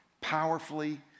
powerfully